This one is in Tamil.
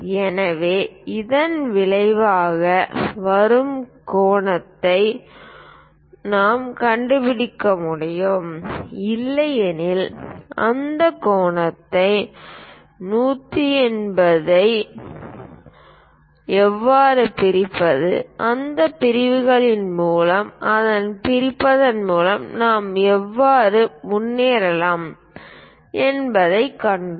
எனவே இதன் விளைவாக வரும் கோணத்தை நாம் கண்டுபிடிக்க முடியும் இல்லையெனில் இந்த கோணத்தை 180 by ஐ எவ்வாறு பிரிப்பது அதைப் பிரிப்பதன் மூலம் அதைப் பிரிப்பதன் மூலம் நாம் எவ்வாறு முன்னேறலாம் என்பதைக் கண்டோம்